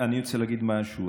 אני רוצה להגיד משהו.